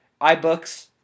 ibooks